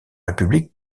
république